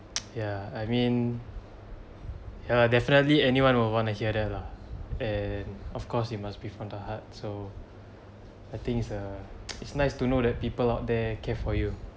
ya I mean ya lah definitely anyone would wanna hear that lah and of course it must be from the heart so I think it's uh it's nice to know that people out there care for you